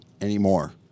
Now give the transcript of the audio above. anymore